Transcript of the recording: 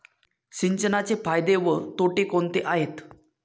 सिंचनाचे फायदे व तोटे कोणते आहेत?